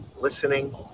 listening